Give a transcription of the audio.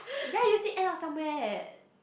ya you see end of somewhere